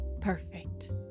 Perfect